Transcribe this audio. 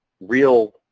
real